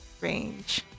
range